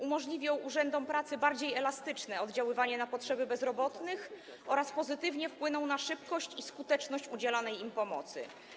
Umożliwią urzędom pracy bardziej elastyczne oddziaływanie na potrzeby bezrobotnych oraz pozytywnie wpłyną na szybkość i skuteczność udzielanej im pomocy.